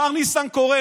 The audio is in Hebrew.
מר ניסנקורן,